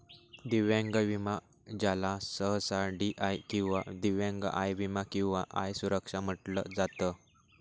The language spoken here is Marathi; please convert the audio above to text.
दिव्यांग विमा ज्याला सहसा डी.आय किंवा दिव्यांग आय विमा किंवा आय सुरक्षा म्हटलं जात